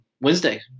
Wednesday